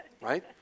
Right